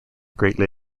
greatly